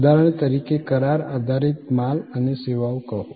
ઉદાહરણ તરીકે કરાર આધારિત માલ અને સેવાઓ કહો